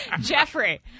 Jeffrey